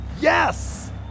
Yes